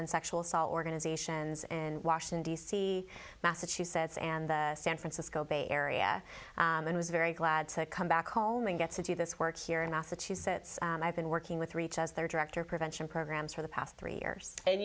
and sexual assault organizations and washington d c massachusetts and the san francisco bay area and was very glad to come back home and get to do this work here in massachusetts and i've been working with reach as their director of prevention programs for the past three years and